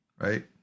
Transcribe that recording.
right